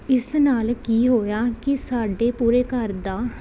ਇਸ ਨਾਲ ਕੀ ਹੋਇਆ ਕਿ ਸਾਡੇ ਪੂਰੇ ਘਰ ਦਾ